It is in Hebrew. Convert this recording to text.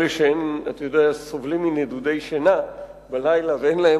אלה שסובלים מנדודי שינה בלילה ואין להם